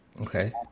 okay